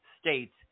states